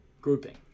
grouping